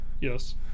yes